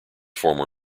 former